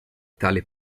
tale